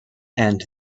and